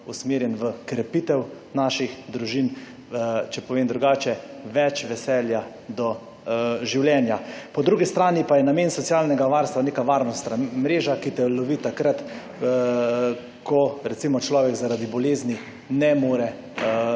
usmerjen v krepitev naših družin, če povem drugače, več veselja do življenja. Po drugi strani pa je namen socialnega varstva neka varnostna mreža, ki te ulovi takrat, ko recimo človek zaradi bolezni ne more delati,